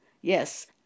Yes